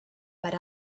per